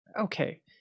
Okay